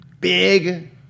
big